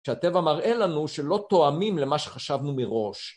כשהטבע מראה לנו שלא תואמים למה שחשבנו מראש.